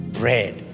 bread